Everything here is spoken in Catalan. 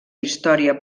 història